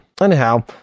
Anyhow